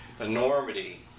enormity